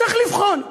צריך לבחון,